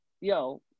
yo